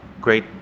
great